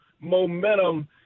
momentum